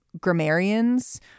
grammarians